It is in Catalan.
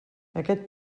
aquest